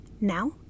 Now